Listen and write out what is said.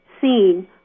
seen